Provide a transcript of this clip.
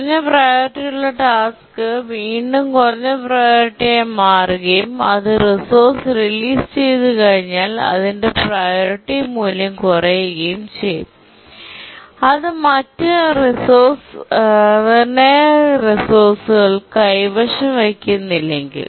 കുറഞ്ഞ പ്രിയോറിറ്റിയുള്ള ടാസ്ക് വീണ്ടും കുറഞ്ഞ പ്രിയോറിറ്റിയായി മാറുകയും അത് റിസോഴ്സ് റിലീസ് ചെയ്തുകഴിഞ്ഞാൽ അതിന്റെ പ്രിയോറിറ്റി മൂല്യം മാറുകയും ചെയ്യും അത് മറ്റ് നിർണായക റിസോഴ്സ്കൾ കൈവശം വയ്ക്കുന്നില്ലെങ്കിൽ